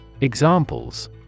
Examples